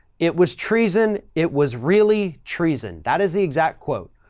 it was treason. it was really treason. that is the exact quote.